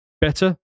Better